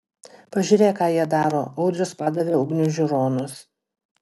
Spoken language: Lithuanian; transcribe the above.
pažiūrėk ką jie ten daro audrius padavė ugniui žiūronus